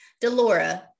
Delora